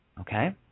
Okay